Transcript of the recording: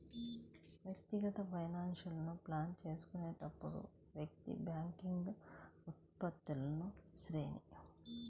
వ్యక్తిగత ఫైనాన్స్లను ప్లాన్ చేస్తున్నప్పుడు, వ్యక్తి బ్యాంకింగ్ ఉత్పత్తుల శ్రేణి